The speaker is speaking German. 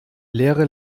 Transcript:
leere